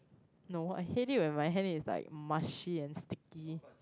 no I hate it when my hand is like mushy and sticky